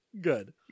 Good